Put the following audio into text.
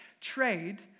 trade